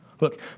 Look